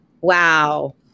Wow